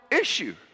issue